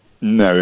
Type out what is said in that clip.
No